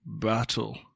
Battle